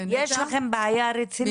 יש לכם בעיה רצינית.